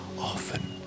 often